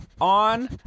on